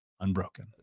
unbroken